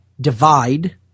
divide